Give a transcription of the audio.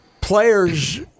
players